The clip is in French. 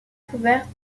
couvertes